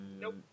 Nope